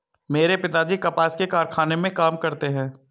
मेरे पिताजी कपास के कारखाने में काम करते हैं